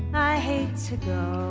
i hate to